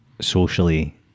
socially